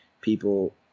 people